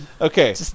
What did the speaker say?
Okay